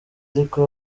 ariko